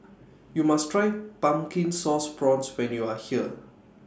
YOU must Try Pumpkin Sauce Prawns when YOU Are here